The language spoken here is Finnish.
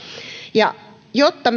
jotta